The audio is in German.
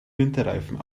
winterreifen